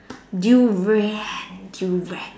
durian durian